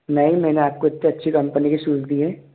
नहीं मैंने आपको इतनी अच्छी कंपनी के शूस दिए